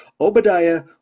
Obadiah